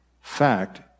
fact